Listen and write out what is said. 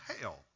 hell